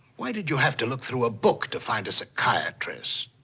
why did you have to look through a book to find a psychiatrist?